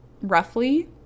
roughly